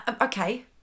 Okay